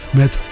met